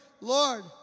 Lord